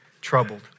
troubled